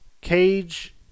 Cage